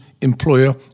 employer